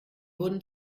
wurden